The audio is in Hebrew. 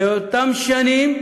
באותן שנים,